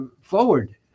forward